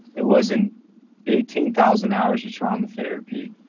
it wasn't eighteen thousand hours of trauma therapy,